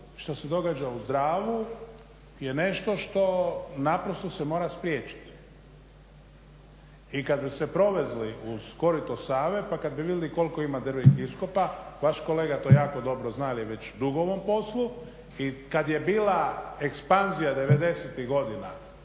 što se događa uz Dravu je nešto što naprosto se mora spriječiti. I kad bi se provezli uz korito Save pa kad bi vidjeli koliko ima drvenih iskopa, vaš kolega to jako dobro zna jer je već dugo u ovom poslu i kad je bila ekspanzija '90.-tih godina